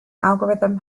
algorithm